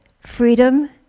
freedom